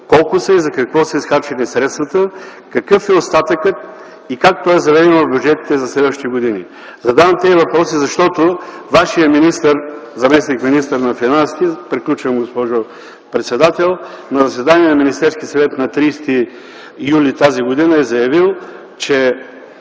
Колко са и за какво са изхарчени средствата, какъв е остатъкът и как той е заведен в бюджетите за следващите години? Задавам тези въпроси, защото Вашият заместник-министър на финансите на заседание на Министерския съвет на 30 юли тази година е заявил, че